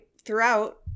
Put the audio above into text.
throughout